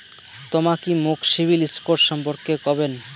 তমা কি মোক সিবিল স্কোর সম্পর্কে কবেন?